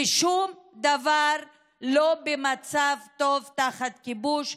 ושום דבר לא במצב טוב תחת כיבוש,